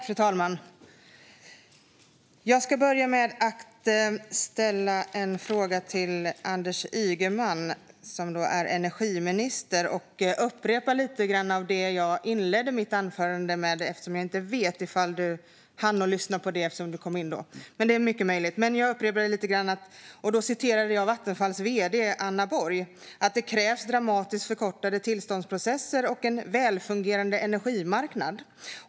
Fru talman! Jag ska börja med att ställa en fråga till Anders Ygeman, som är energiminister. Jag upprepar lite grann av det jag inledde mitt anförande med. Jag vet inte om du hann lyssna på det eftersom du kom in då, men det är mycket möjligt. Jag citerade Vattenfalls vd Anna Borg, som har sagt att det krävs dramatiskt förkortade tillståndsprocesser och en välfungerande energimarknad.